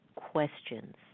Questions